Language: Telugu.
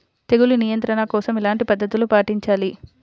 తెగులు నియంత్రణ కోసం ఎలాంటి పద్ధతులు పాటించాలి?